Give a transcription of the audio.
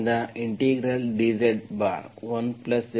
ಆದ್ದರಿಂದ dZ1Z2Z